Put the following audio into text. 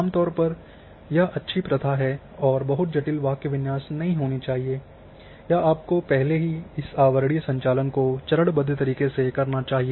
आम तौर पर यह अच्छी प्रथा है और बहुत जटिल वाक्य विन्यास नहीं होनी चाहिए या आपको पहले ही इस आवरणीय संचालन को चरणबद्ध तरीक़े से करना चाहिए